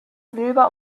silber